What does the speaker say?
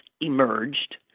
emerged